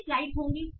सभी स्लाइड्स होंगी